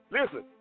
listen